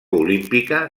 olímpica